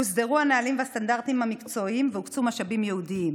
הוסדרו הנהלים והסטנדרטים המקצועיים והוקצו משאבים ייעודיים.